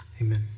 Amen